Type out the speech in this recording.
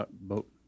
Boat